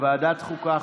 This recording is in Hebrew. לוועדת החוקה,